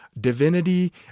divinity